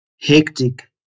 Hectic